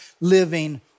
living